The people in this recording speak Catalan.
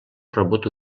rebut